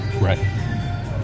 Right